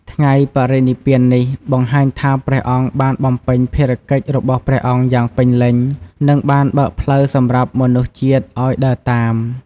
ថ្ងៃបរិនិព្វាននេះ បង្ហាញថាព្រះអង្គបានបំពេញភារកិច្ចរបស់ព្រះអង្គយ៉ាងពេញលេញ និងបានបើកផ្លូវសម្រាប់មនុស្សជាតិឱ្យដើរតាម។